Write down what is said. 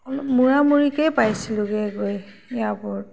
অলপ মূৰা মূৰিকৈ পাইছিলোঁগৈ গৈ এয়াৰপ'ৰ্ট